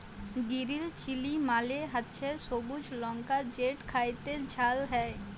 গিরিল chilli মালে হছে সবুজ লংকা যেট খ্যাইতে ঝাল হ্যয়